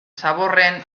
zaborren